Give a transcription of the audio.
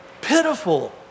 pitiful